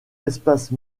espaces